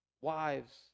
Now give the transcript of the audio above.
Wives